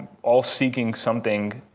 all seeking something.